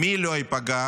מי לא ייפגע?